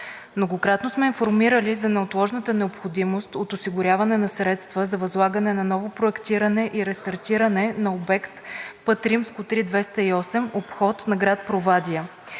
Многократно сме информирали за неотложната необходимост от осигуряване на средства за възлагане на ново проектиране и рестартиране на обект „Път III-208 обход на град Провадия“.